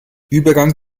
übergang